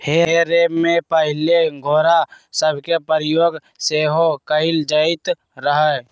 हे रेक में पहिले घोरा सभके प्रयोग सेहो कएल जाइत रहै